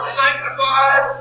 sanctified